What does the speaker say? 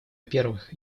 первых